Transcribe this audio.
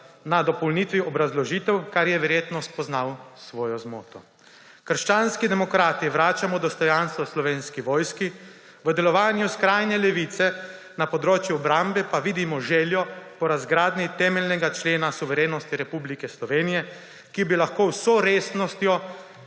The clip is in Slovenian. na dopolnitvi obrazložitve, ker je verjetno spoznal svojo zmoto. Krščanski demokrati vračamo dostojanstvo Slovenski vojski. V delovanju skrajne levice na področju obrambe pa vidimo željo po razgradnji temeljnega člena suverenosti Republike Slovenije, ki bi jo lahko vso z resnostjo